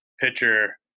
pitcher